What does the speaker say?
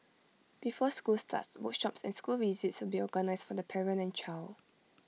before school starts workshops and school visits will be organised for the parent and child